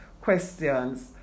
questions